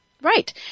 Right